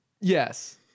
Yes